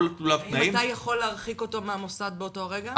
האם אתה יכול להרחיק אותו מהמוסד באותו רגע?